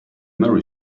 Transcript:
marry